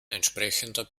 entsprechender